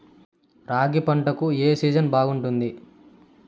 రాగి పంటకు, ఏ సీజన్ బాగుంటుంది?